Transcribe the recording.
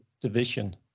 division